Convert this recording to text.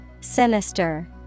Sinister